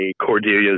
Cordelia's